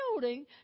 building